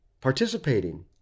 participating